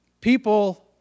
People